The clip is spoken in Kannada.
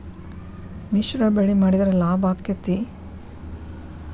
ಮಿಶ್ರ ಬೆಳಿ ಮಾಡಿದ್ರ ಲಾಭ ಆಕ್ಕೆತಿ?